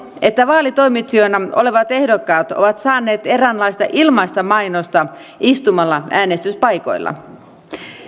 että vaalitoimitsijoina olevat ehdokkaat ovat saaneet eräänlaista ilmaista mainosta istumalla äänestyspaikoilla